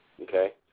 Okay